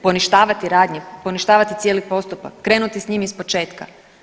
Poništavati radnje, poništavati cijeli postupak, krenuti s njim iz početka?